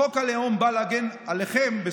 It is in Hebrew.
חוק הלאום בא להגן עליכם,